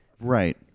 Right